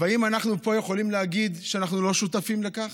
האם אנחנו יכולים להגיד פה שאנחנו לא שותפים לכך?